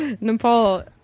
Nepal